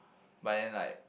but then like